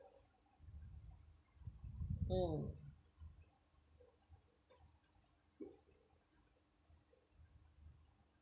mm